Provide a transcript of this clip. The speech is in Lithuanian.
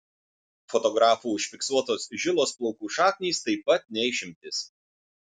fotografų užfiksuotos žilos plaukų šaknys taip pat ne išimtis